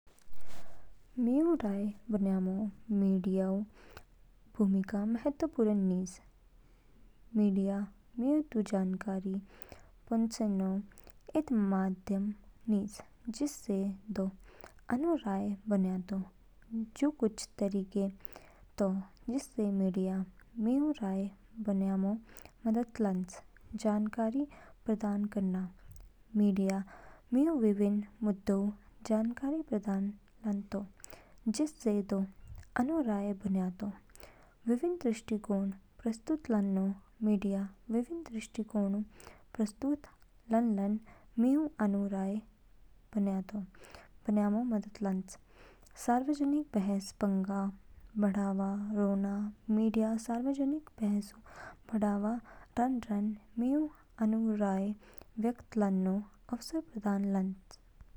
मीऊ राय बनयामो मीडियाऊ भूमिका महत्वपूर्ण निज। मीडिया मितू जानकारी पहचेनो इद माध्यम निज, जिससे दू आनु राय बनयातो। जू कुछ तरीके तो जिनसे मीडिया मीऊ राय बनयामो मदद लान्च। जानकारी प्रदान करना मीडिया मिऊ विभिन्न मुद्दोंऊ जानकारी प्रदान लातो, जिससे दे आनु राय बनयातो। विभिन्न दृष्टिकोण प्रस्तुत लानो मीडिया विभिन्न दृष्टिकोणोंऊ प्रस्तुत लानलान मीऊ आनु राय बनयामो मदद लान्च। सार्वजनिक बहस पंग बढ़ावा रानो मीडिया सार्वजनिक बहसऊ बढ़ावा रानरान मीऊ आनु राय व्यक्त लानो अवसर प्रदान लान्च।